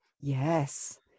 Yes